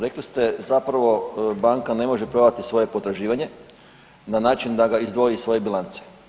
Rekli ste zapravo banka ne može prodati svoje potraživanje na način da ga izdvoji iz svoje bilance.